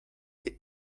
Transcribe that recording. est